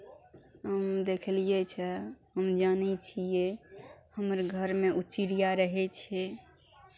हम देखलियै छै हम जानै छियै हमर घरमे ओ चिड़िया रहै छै